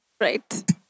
Right